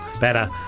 Better